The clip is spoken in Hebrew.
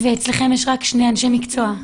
ואצלכם יש רק שני אנשי מקצוע?